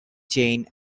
jane